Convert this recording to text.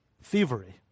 thievery